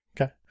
okay